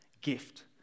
gift